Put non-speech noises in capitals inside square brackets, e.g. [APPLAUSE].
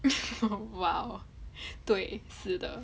[LAUGHS] !wow! 对是的